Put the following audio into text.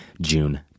June